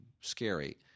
scary